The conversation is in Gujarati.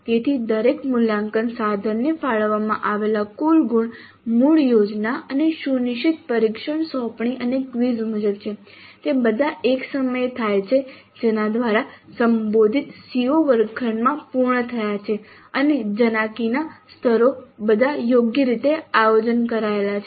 તેથી દરેક મૂલ્યાંકન સાધનને ફાળવવામાં આવેલા કુલ ગુણ મૂળ યોજના અને સુનિશ્ચિત પરીક્ષણ સોંપણીઓ અને ક્વિઝ મુજબ છે તે બધા એક સમયે થાય છે જેના દ્વારા સંબોધિત CO વર્ગખંડમાં પૂર્ણ થયા છે અને જનાક્રીના સ્તરો બધા યોગ્ય રીતે આયોજન કરેલા છે